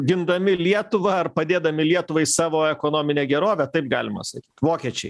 gindami lietuvą ar padėdami lietuvai savo ekonominę gerovę taip galima sakyt vokiečiai